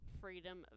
freedom